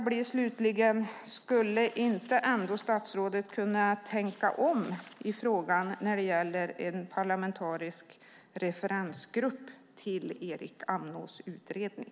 Kan inte statsrådet tänka om i frågan när det gäller en parlamentarisk referensgrupp till Erik Amnås utredning?